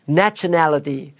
nationality